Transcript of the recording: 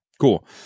Cool